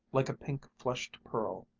like a pink-flushed pearl.